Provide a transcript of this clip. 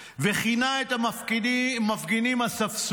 וכינה את המפגינים "אספסוף",